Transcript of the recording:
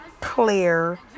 clear